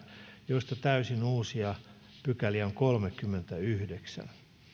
joista täysin uusia pykäliä on kolmekymmentäyhdeksän